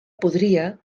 podria